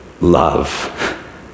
Love